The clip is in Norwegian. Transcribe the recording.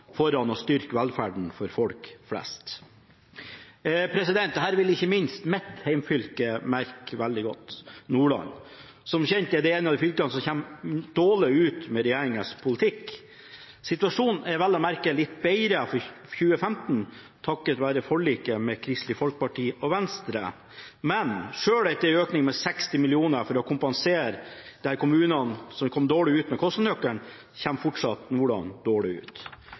foran oss i dag, som vil bedre situasjonen for dem. Høyre og Fremskrittspartiet viser tydelig at de står på skattekutt for dem som har mest, heller enn å styrke velferden for folk flest. Dette vil ikke minst mitt hjemfylke, Nordland, merke veldig godt. Som kjent er det et av de fylkene som kommer dårlig ut med regjeringens politikk. Situasjonen er vel å merke noe bedret for 2015, takket være forliket med Kristelig Folkeparti og Venstre. Men selv etter en økning på 60 mill. kr for å kompensere